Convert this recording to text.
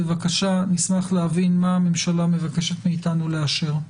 בבקשה נשמח להבין מה הממשלה מבקשת מאתנו לאשר.